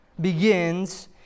begins